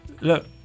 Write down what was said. Look